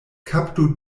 kaptu